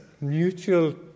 mutual